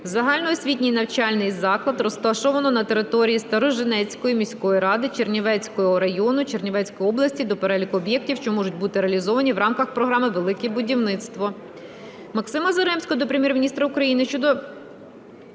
загальноосвітній навчальний заклад, розташованого на території Сторожинецької міської ради Чернівецького району Чернівецької області до переліку об'єктів, що можуть бути реалізовані в рамках програми "Велике будівництво".